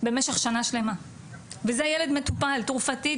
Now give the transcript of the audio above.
במשך שנה שלמה וזה ילד מטופל תרופתית,